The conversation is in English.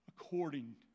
according